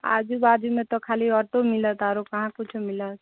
आजू बाजूमे तऽ खाली ऑटो मिलत आओरो कहाँ किछो मिलत